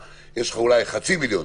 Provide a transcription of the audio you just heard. אלו שהתחסנו לחלוטין.